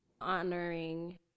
honoring